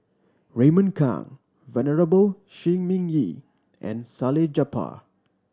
Raymond Kang Venerable Shi Ming Yi and Salleh Japar